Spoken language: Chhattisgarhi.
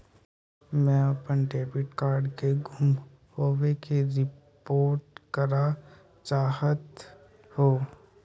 मैं अपन डेबिट कार्ड के गुम होवे के रिपोर्ट करा चाहत हों